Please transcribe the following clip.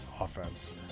offense